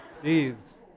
Please